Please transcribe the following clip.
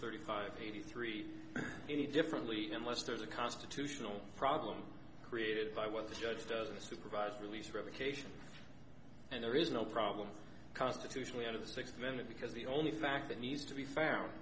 thirty five eighty three any differently unless there's a constitutional problem created by what the judge does in a supervised release revocation and there is no problem constitutionally under the sixth member because the only fact that needs to be found